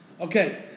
Okay